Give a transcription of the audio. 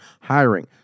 hiring